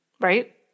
Right